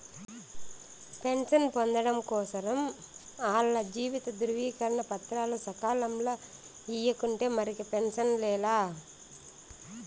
pension పొందడం కోసరం ఆల్ల జీవిత ధృవీకరన పత్రాలు సకాలంల ఇయ్యకుంటే మరిక పెన్సనే లా